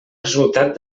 resultat